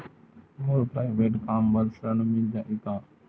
मोर private कम बर ऋण मिल जाही का?